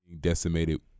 Decimated